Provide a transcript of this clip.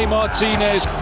Martinez